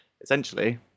essentially